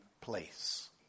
place